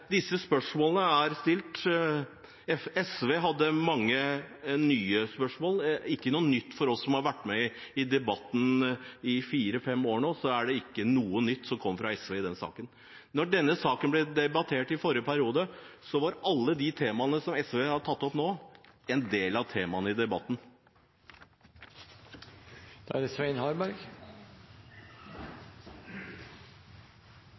disse spørsmålene er stilt. SV hadde mange nye spørsmål – ikke noe nytt. For oss som har vært med i debatten i fire-fem år nå, er det ikke noe nytt som kommer fra SV i denne saken. Når denne saken ble debattert i forrige periode, var alle de temaene som SV har tatt opp nå, en del av temaene i